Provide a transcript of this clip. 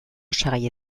osagai